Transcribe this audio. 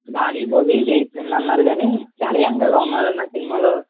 Balayya Babu age అయిపోయింది అన్నారు కానీ ఈ సినిమా లో చాలా యంగ్గా ఉన్నాడు అన్న సినిమాలో